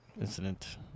incident